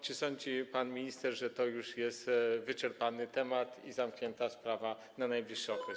Czy sądzi pan minister, że to jest już wyczerpany temat i zamknięta sprawa na najbliższy okres?